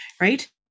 right